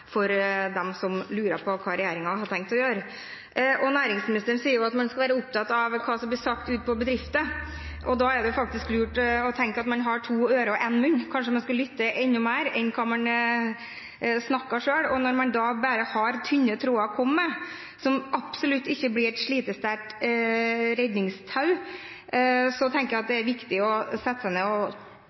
for dem som lurer på hva regjeringen har tenkt å gjøre. Næringsministeren sier at man skal være opptatt av hva som blir sagt ute i bedriftene. Da er det lurt å tenke at man har to ører og én munn – kanskje man skal lytte enda mer enn man snakker. Og når man da bare har tynne tråder å komme med, som absolutt ikke blir et slitesterkt redningstau, tenker jeg at det er viktig å sette seg ned